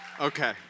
Okay